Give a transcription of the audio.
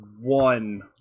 one